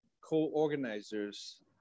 co-organizers